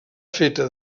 feta